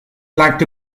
lacked